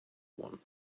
one